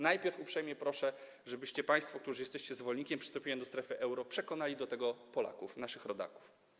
Najpierw proszę, żebyście państwo, którzy jesteście zwolennikami przystąpienia do strefy euro, przekonali do tego Polaków, naszych rodaków.